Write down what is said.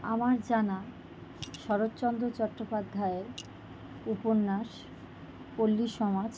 আমার জানা শরৎচন্দ্র চট্টোপাধ্যায়ের উপন্যাস পল্লীসমাজ